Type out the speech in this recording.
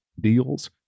deals